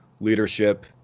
leadership